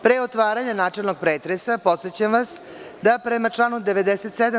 Pre otvaranja načelnog pretresa podsećam vas da, prema članu 97.